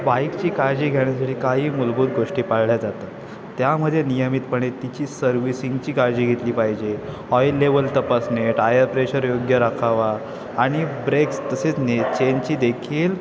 बाईकची काळजी घेण्यासाठी काही मूलभूत गोष्टी पाळल्या जातात त्यामध्ये नियमितपणे तिची सर्व्हिसिंगची काळजी घेतली पाहिजे ऑइल लेवल तपासणे टायर प्रेशर योग्य राखावा आणि ब्रेक्स तसेच ने चेनचीदेखील